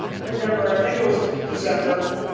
i remember i think it was december,